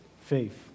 Faith